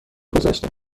گذشته